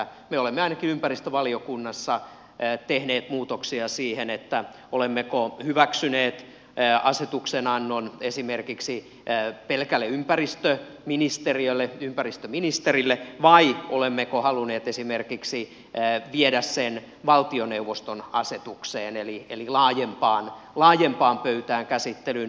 me olemme ainakin ympäristövaliokunnassa tehneet muutoksia siihen olemmeko hyväksyneet asetuksen annon esimerkiksi pelkälle ympäristöministeriölle ja ympäristöministerille vai olemmeko halunneet viedä sen esimerkiksi valtioneuvoston asetukseen eli laajempaan pöytään käsittelyyn